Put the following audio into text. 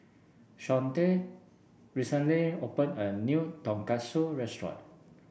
Shawnte recently opened a new Tonkatsu restaurant